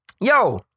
yo